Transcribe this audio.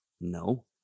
No